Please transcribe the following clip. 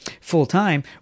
full-time